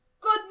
Good